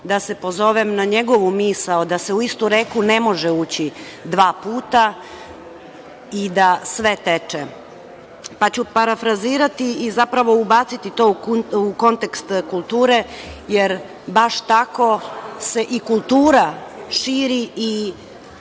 da se pozovem na njegovu misao, da se u istu reku ne može ući dva puta i da sve teče, pa ću parafrazirati i, zapravo, ubaciti to u kontekst kulture, jer baš tako se i kultura širi i